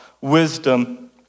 wisdom